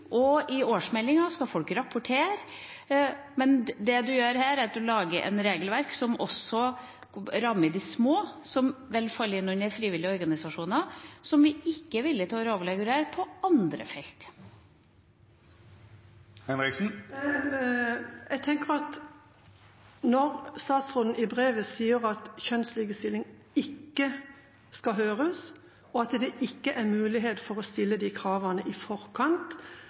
og i årsmeldingen skal man rapportere. Det man gjør her, er å lage et regelverk som også rammer de små som faller inn under frivillige organisasjoner, og som vi ikke er villige til å lovregulere på andre felt. Jeg tenker at når statsråden sier i brevet at kjønnslikestilling ikke skal høres, og at det ikke er mulighet for å stille de kravene i forkant,